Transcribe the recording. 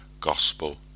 Gospel